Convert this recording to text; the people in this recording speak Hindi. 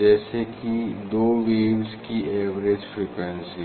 जैसे कि दो वेव्स की एवरेज फ्रीक्वेंसी हो